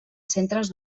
centres